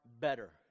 better